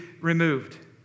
removed